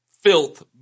filth